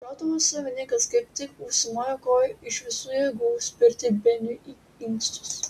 šautuvo savininkas kaip tik užsimojo koja iš visų jėgų spirti beniui į inkstus